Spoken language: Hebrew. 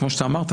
כמו שאתה אמרת,